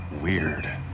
weird